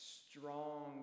strong